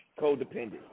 codependent